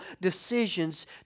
decisions